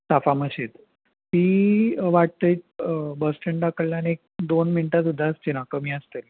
साफा मशीदींत ती वाटेक बस स्टँडा कडल्यान एक दोन मिनटां सुद्दां आसचीना कमी आसतली